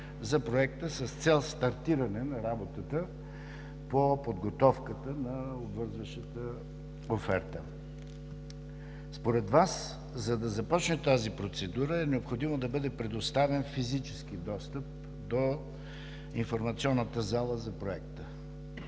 за Проекта с цел стартиране на работа по подготовка на обвързваща оферта. Според Вас, за да започне тази процедура, е необходимо да бъде предоставен физически достъп до Информационната зала за Проекта.